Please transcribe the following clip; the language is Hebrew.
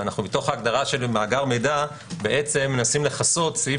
מתוך ההגדרה של "מאגר מידע" אנחנו מנסים לכסות סעיף